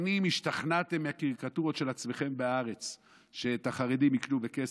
שנים השתכנעתם מהקריקטורות של עצמכם בהארץ שאת החרדים יקנו בכסף.